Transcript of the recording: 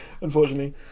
unfortunately